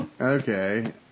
okay